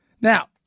Now